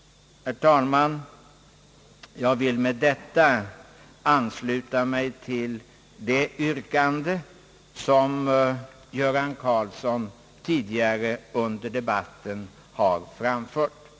Herr talman! Jag vill med detta ansluta mig till det yrkande som tidigare under debatten framställts av herr Göran Karlsson.